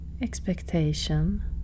expectation